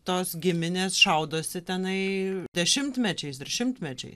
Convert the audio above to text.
tos giminės šaudosi tenai dešimtmečiais ir šimtmečiais